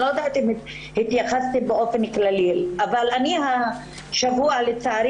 אני לא יודעת אם התייחסתם באופן כללי אבל השבוע לצערי